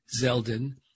Zeldin